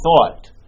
thought